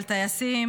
על טייסים,